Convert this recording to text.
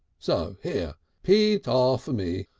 so! here! pete arf me,